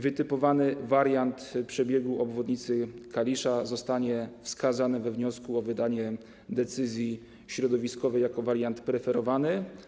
Wytypowany wariant przebiegu obwodnicy Kalisza zostanie wskazany we wniosku o wydanie decyzji środowiskowej jako wariant preferowany.